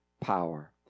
power